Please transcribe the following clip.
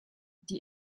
die